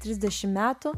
trisdešim metų